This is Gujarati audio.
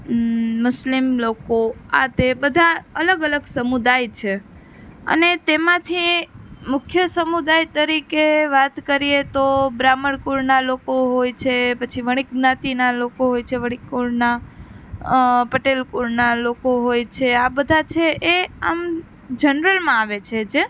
મુસ્લિમ લોકો આ તે બધા અલગ અલગ સમુદાય છે અને તેમાંથી મુખ્ય સમુદાય તરીકે વાત કરીએ તો બ્રાહ્મણ કુળનાં લોકો હોય છે પછી વણિક જ્ઞાતિનાં લોકો હોય છે વણિક કુળનાં પટેલ કુળનાં લોકો હોય છે આ બધાં છે એ આમ જનરલમાં આવે છે જે